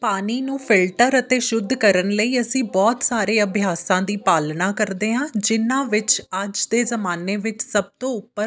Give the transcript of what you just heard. ਪਾਣੀ ਨੂੰ ਫਿਲਟਰ ਅਤੇ ਸ਼ੁੱਧ ਕਰਨ ਲਈ ਅਸੀਂ ਬਹੁਤ ਸਾਰੇ ਅਭਿਆਸਾਂ ਦੀ ਪਾਲਣਾ ਕਰਦੇ ਹਾਂ ਜਿਨ੍ਹਾਂ ਵਿੱਚ ਅੱਜ ਦੇ ਜਮਾਨੇ ਵਿੱਚ ਸਭ ਤੋਂ ਉੱਪਰ